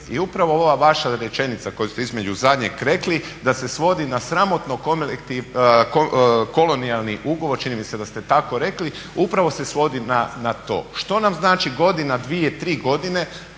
I upravo ova vaša rečenica koju ste između zadnjeg rekli da se svodi na sramotno kolonijalni ugovor, čini mi se da ste tako rekli, upravo se svodi na to. Što nam znači godina, dvije, tri godine